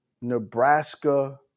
Nebraska